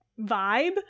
vibe